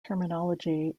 terminology